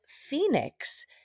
Phoenix